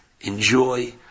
Enjoy